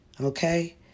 Okay